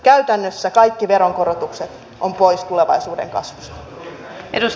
käytännössä kaikki veronkorotukset ovat pois tulevaisuuden kasvusta